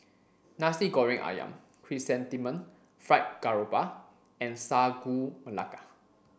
Nasi Goreng Ayam Chrysanthemum Fried Garoupa and Sagu Melaka